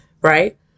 right